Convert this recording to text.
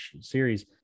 series